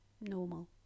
normal